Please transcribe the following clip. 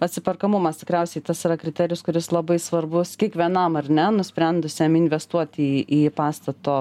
atsiperkamumas tikriausiai tas yra kriterijus kuris labai svarbus kiekvienam ar ne nusprendusiam investuoti į į pastato